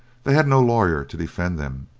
they had no lawyer to defend them,